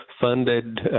funded